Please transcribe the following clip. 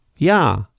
Ja